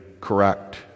correct